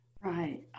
right